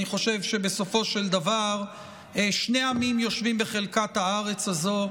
אני חושב שבסופו של דבר שני עמים יושבים בחלקת הארץ הזו,